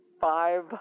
five